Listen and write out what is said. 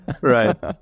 right